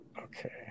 Okay